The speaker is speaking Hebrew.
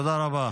תודה רבה.